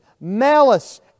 malice